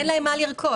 אין להם מה לרכוש.